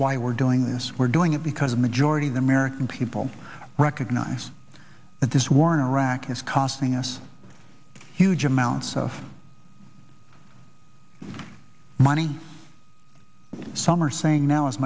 why we're doing this we're doing it because a majority of the american people recognize that this war in iraq is costing us huge amounts of money some are saying now as